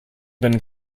been